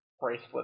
bracelet